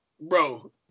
bro